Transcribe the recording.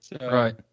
Right